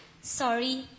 Sorry